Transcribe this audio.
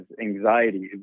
anxiety